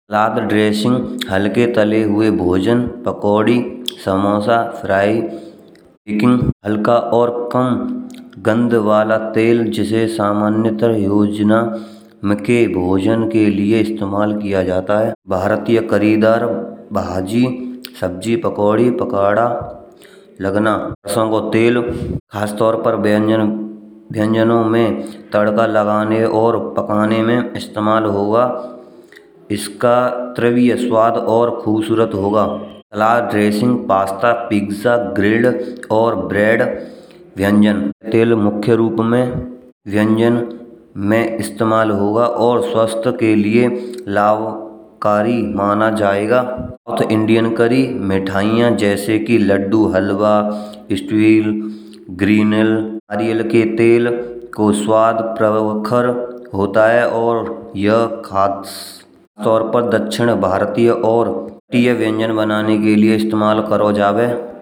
Flour dressing हल्के पके हुए भोजन पकोड़ी, समोसा फ्राई। कुकिंग हल्का और कम गंध वाला तेल। जिसे सामान्यतया मक के भोजन के लिए इस्तेमाल किया जाता है। भारतीय खरीदार भाज़ी सब्ज़ी पकोड़ी, पकोड़ा लगना, सरसों का तेल। खासतौर पर व्यंजन, व्यंजनों में तड़का लगाने और पकाने में इस्तेमाल होगा। इसका त्रिवे स्वाद और खूबसरत होगा। फ्लार ड्रेसिंग, पिज़्ज़ा, पास्ता और ब्रेड व्यंजन: तेल मुख्य रूप में व्यंजन में इस्तेमाल होगा श्रृंगार हल्के कथा हूँ भोजन पकोड़ी समोसा फ्राई हल्का और काम करने वाला तेल जिसे संयम योजना के भोजन के लिए इस्तेमाल किया जाता है। भारतीय कलाकार भाज़ी सब्ज़ी पकोड़ी पकोड़ा लगन संग तेल प्रतीक व्यंजन व्यंजन में तड़का लगाने और पकाने में इस्तेमाल होगा इसका सामान्य ज्ञान स्वाद और खूबसरत होगा। राधा श्रृंगार हल्के कथा हूँ ड़ीईऔर काम करने वाला तेल जिसे संयम योजना के भोजन के लिए इस्तेमाल किया जाता है। भारतीय कलाकार भाज़ी सब्ज़ी पकोड़ी पकोड़ा लगन संग तेल प्रतीक व्यंजन व्यंजन में तड़का लगाने और पकाने में इस्तेमाल होगा। इसका त्रिवे स्वाद और खुबसूरत होगा। फ्लार ड्रेसिंग, पिज़्ज़ा, पास्ता, ग्रिड और ब्रेड व्यंजन: तेल मुख्य रूप में इस्तेमाल होगा। और स्वास्थ्य के लिए लाभकारी माना जायेगा होगा। साउथ इंडियन कारी मिठाइयाँ जैसे कि लड्डू, हलवा, स्टील ग्रीनिल। नारियल के तेल को स्वाद प्रवरकार होता है। और यह खासतौर पर दक्षिण भारतीय और व्यंजन बनाने के लिए इस्तेमाल किया जाये।